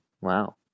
Wow